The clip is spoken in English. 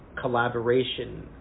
collaboration